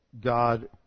god